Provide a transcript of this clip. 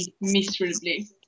miserably